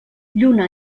lluna